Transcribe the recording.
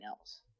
else